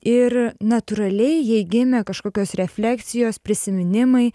ir natūraliai jai gimė kažkokios refleksijos prisiminimai